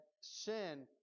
sin